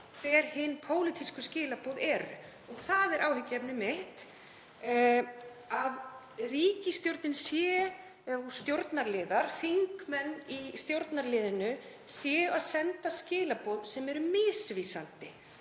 hver hin pólitísku skilaboð eru. Það er áhyggjuefni mitt að ríkisstjórnin, stjórnarliðar, þingmenn í stjórnarliðinu, sé að senda skilaboð sem eru misvísandi